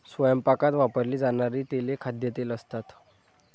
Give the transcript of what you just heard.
स्वयंपाकात वापरली जाणारी तेले खाद्यतेल असतात